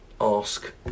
ask